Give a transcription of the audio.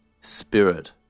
spirit